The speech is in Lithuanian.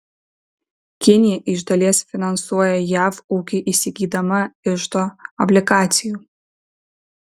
kinija iš dalies finansuoja jav ūkį įsigydama iždo obligacijų